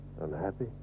Unhappy